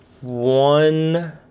one